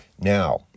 Now